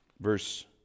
Verse